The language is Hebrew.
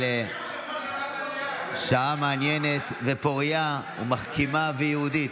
על שעה מעניינת, פורייה, מחכימה ויהודית.